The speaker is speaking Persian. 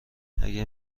اگه